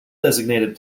designated